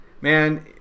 man